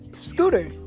scooter